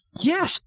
Yes